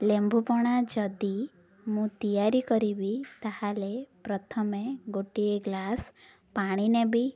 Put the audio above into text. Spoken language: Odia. ଲେମ୍ବୁପଣା ଯଦି ମୁଁ ତିଆରି କରିବି ତା'ହେଲେ ପ୍ରଥମେ ଗୋଟିଏ ଗ୍ଲାସ୍ ପାଣି ନେବି